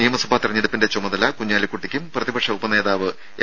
നിയമസഭാ തിരഞ്ഞെടുപ്പിന്റെ ചുമതല കുഞ്ഞാലിക്കുട്ടിക്കും പ്രതിപക്ഷ ഉപനേതാവ് എം